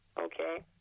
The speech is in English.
Okay